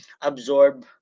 absorb